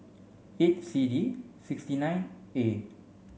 eight C D six nine A